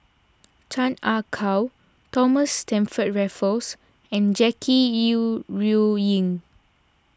Chan Ah Kow Thomas Stamford Raffles and Jackie Yi Ru Ying